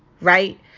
right